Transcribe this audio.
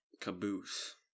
Caboose